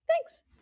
thanks